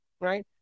right